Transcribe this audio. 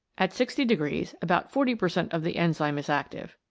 at sixty degrees about forty per cent of the enzyme is active.